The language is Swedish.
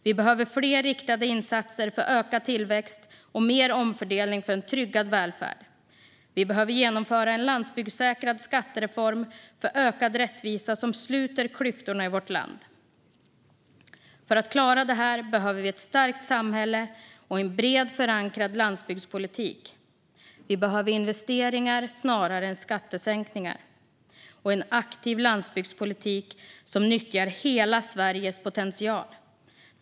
Vi behöver fler riktade insatser för ökad tillväxt och mer omfördelning för en tryggad välfärd. Vi behöver genomföra en landsbygdssäkrad skattereform som ger ökad rättvisa och sluter klyftorna i vårt land. För att klara det behöver vi ett starkt samhälle och en bred, förankrad landsbygdspolitik. Vi behöver investeringar snarare än skattesänkningar och en aktiv landsbygdspolitik som nyttjar hela Sveriges potential.